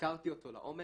וחקרתי אותו לעומק,